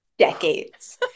decades